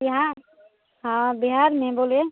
यहाँ हाँ बिहार में बोलिए